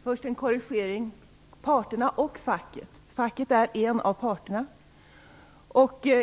Fru talman! Först har jag en korrigering. Parterna och facket, sade Kent Olsson. Facket är en av parterna.